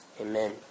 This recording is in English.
Amen